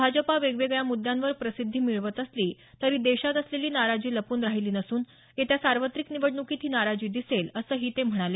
भाजपा वेगवेगळ्या मुद्यांवर प्रसिद्धी मिळवत असली तरी देशात असलेली नाराजी लपून राहिली नसून येत्या सार्वत्रिक निवडणुकीत ही नाराजी दिसेल असंही ते म्हणाले